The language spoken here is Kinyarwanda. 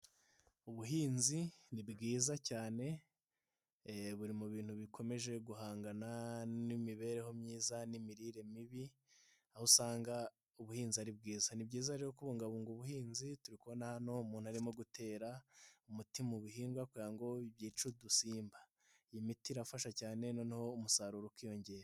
Ubuhinzi ni bwiza cyane buri mu bintu bikomeje guhangana n'imibereho myiza n'imirire mibi, aho usanga ubuhinzi ari bwiza; ni byiza rero kubungabunga ubuhinzi, turi kubona hano umuntu arimo gutera umuti mu bihingwa kugira ngo yice udusimba, iyi miti irafasha cyane noneho umusaruro ukiyongera.